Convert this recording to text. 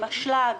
אשלג,